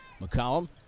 McCollum